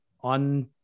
on